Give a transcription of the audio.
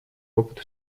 опыт